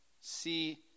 See